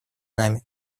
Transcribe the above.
нами